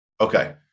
Okay